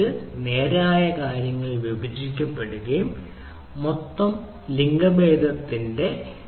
ഇത് നേരായ കാര്യങ്ങളാൽ വിഭജിക്കപ്പെടുകയും മൊത്തം ശമ്പളം ഡിക്റ്റ് ഓർഗ് ലിംഗഭേദത്തിന് തുല്യമാവുകയും ചെയ്യുന്നു